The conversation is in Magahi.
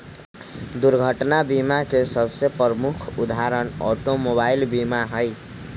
दुर्घटना बीमा के सबसे प्रमुख उदाहरण ऑटोमोबाइल बीमा हइ